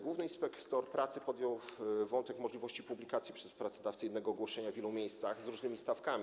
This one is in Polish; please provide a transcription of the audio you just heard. Główny inspektor pracy podjął wątek możliwości publikacji przez pracodawcę jednego ogłoszenia w wielu miejscach i z różnymi stawkami.